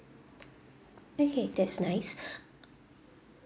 okay that's nice